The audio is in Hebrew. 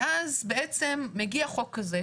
ואז בעצם מגיע חוק כזה,